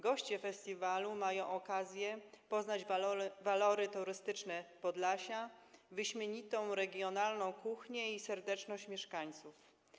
Goście festiwalu mają okazję poznać walory turystyczne Podlasia, wyśmienitą regionalną kuchnię i serdeczność mieszkańców.